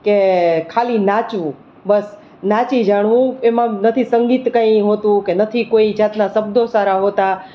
કે ખાલી નાચવું બસ નાચી જાણવું એમાં નથી સંગીત કંઈ હોતું કે નથી કોઈ જાતના શબ્દો સારા હોતા